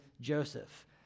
Joseph